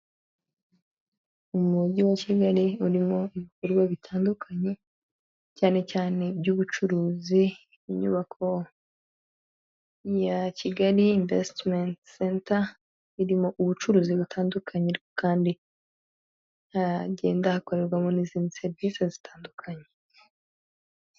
Umujyi wa Kigali urimo ibikorwa bitandukanye, cyane cyane iby'ubucuruzi. Inyubako ya kigali invesitimenti senta irimo ubucuruzi butandukanye, kandi ntagenda akorerwamo n’izindi serivisi zitandukanye.